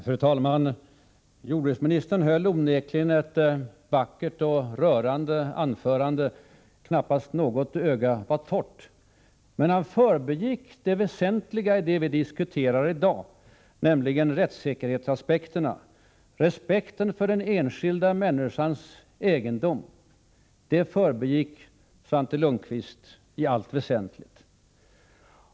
Fru talman! Jordbruksministern höll onekligen ett vackert och rörande anförande. Knappast något öga var torrt. Men han förbigick det väsentliga i det som vi diskuterar i dag, nämligen rättssäkerhetsaspekterna. Respekten för den enskilda människans egendom förbigicks i allt väsentligt av Svante Lundkvist.